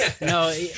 no